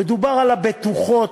ודובר על הבטוחות